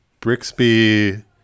Brixby